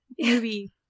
movie